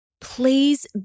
please